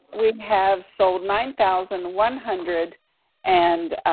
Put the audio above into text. we have sold nine thousand one hundred and